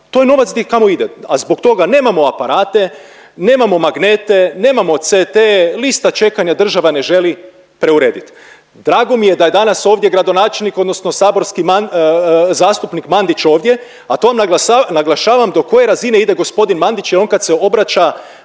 to je novac kamo ide. A zbog toga nemamo aparate, nemam magnete, nemamo CT-e, lista čekanja država ne želi preuredit. Drago mi je da je danas ovdje gradonačelnik odnosno saborski zastupnik Mandić ovdje, a to vam naglašavam do koje razine ide g. Mandić jel on kad se obraća